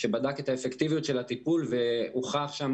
שבדק את האפקטיביות של הטיפול והוכח שם